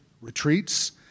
retreats